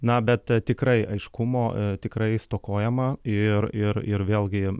na bet tikrai aiškumo tikrai stokojama ir ir ir vėlgi